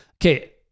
Okay